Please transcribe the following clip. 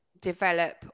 develop